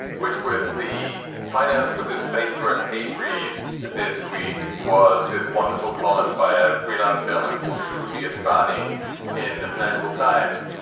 which was the financed with his favorite hate read this week was this wonderful column by a freelance journalist called shruti advani in the financial times,